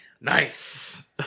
Nice